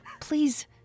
please